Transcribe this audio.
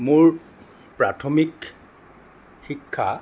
মোৰ প্ৰাথমিক শিক্ষা